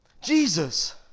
Jesus